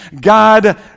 God